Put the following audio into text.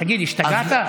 תגיד, השתגעת?